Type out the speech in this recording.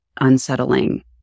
unsettling